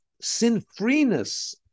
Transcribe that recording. sin-freeness